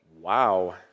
wow